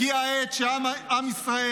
הגיעה העת שעם ישראל,